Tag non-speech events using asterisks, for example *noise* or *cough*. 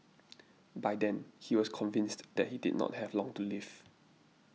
*noise* by then he was convinced that he did not have long to live